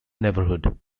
neighborhood